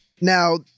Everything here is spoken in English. Now